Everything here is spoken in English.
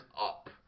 up